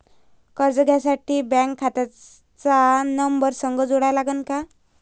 कर्ज घ्यासाठी बँक खात्याचा नंबर संग जोडा लागन का?